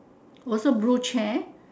also blue chair